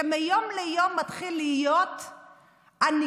שמיום ליום מתחיל להיות הנגזרת,